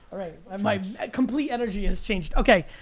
all right, um my complete energy has changed. okay,